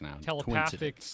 telepathic